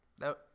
No